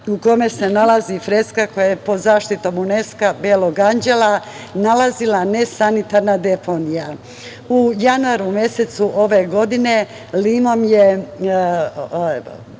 u kome se nalazi freska koja je pod zaštitom Uneska „Belog anđela“ nalazila nesanitarna deponija.U januaru mesecu ove godine, Limom je